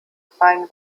freien